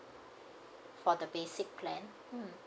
for the basic plan mm